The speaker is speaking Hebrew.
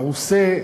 מעושה,